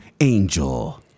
Angel